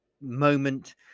moment